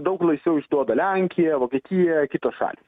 daug laisviau išduoda lenkija vokietija kitos šalys